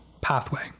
pathway